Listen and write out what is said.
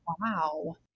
Wow